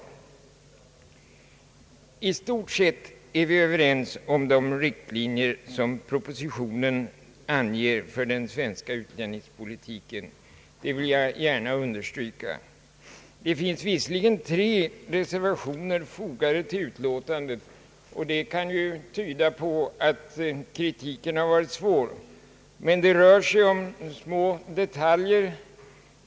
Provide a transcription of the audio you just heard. Att vi i stort är överens om de riktlinjer som propositionen anger för den svenska utlänningspolitiken vill jag gärna understryka. Det finns visserligen tre reservationer fogade till statsutskottets utlåtande, och det kan ju tyda på att kritiken har varit svår, men det rör sig om små detaljer.